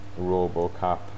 RoboCop